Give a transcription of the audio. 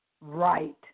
Right